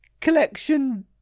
Collection